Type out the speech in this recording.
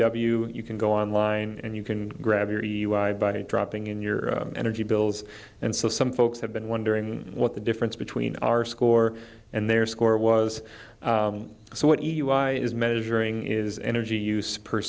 w you can go online and you can grab your body dropping in your energy bills and so some folks have been wondering what the difference between our score and their score was so what is measuring is energy use per